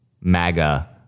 MAGA